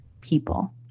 people